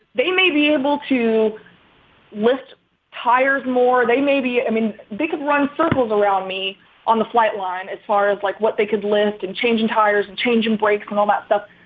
they may be able to lift tires more, they may be i mean, big run circles around me on the flight line. as far as like what they could list and changing tires and changing brakes and all that stuff,